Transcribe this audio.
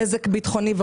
נזק ביטחוני,